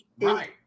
right